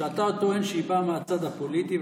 ואתה טוען שהיא באה מהצד הפוליטי,